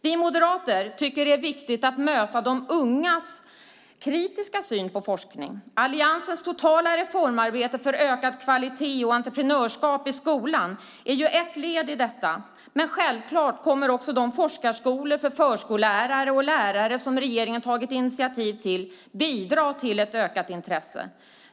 Vi moderater tycker att det är viktigt att möta de ungas kritiska syn på forskning. Alliansens totala reformarbete för ökad kvalitet och entreprenörskap i skolan är ett led i detta. Men självklart kommer också de forskarskolor för förskollärare och lärare som regeringen har tagit initiativ till att bidra till ett ökat intresse.